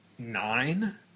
Nine